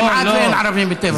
כמעט אין ערבים בטבע.